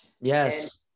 Yes